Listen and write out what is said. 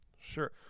sure